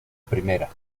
primera